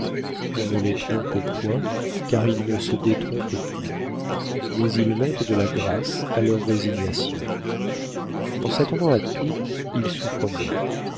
on ne les trompe point car ils ne se détrompent plus mais ils mettent de la grâce à leur résignation en s'attendant à tout ils souffrent moins